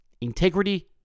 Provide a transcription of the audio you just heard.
integrity